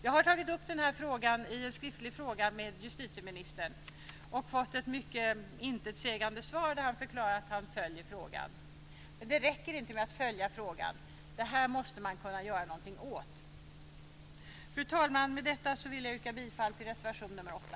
Jag har tagit upp denna fråga i en skriftlig fråga till justitieministern och fått ett mycket intetsägande svar där han förklarar att han följer frågan. Men det räcker inte med att följa frågan. Det här måste man kunna göra någonting åt. Fru talman! Med detta vill jag yrka bifall till reservation 8.